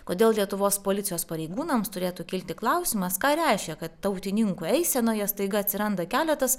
kodėl lietuvos policijos pareigūnams turėtų kilti klausimas ką reiškia kad tautininkų eisenoje staiga atsiranda keletas